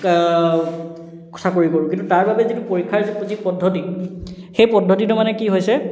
চাকৰি কৰোঁ কিন্তু তাৰ বাবে যিটো পৰীক্ষাৰ যি পদ্ধতি সেই পদ্ধতিটো মানে কি হৈছে